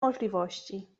możliwości